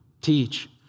teach